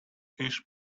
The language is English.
fish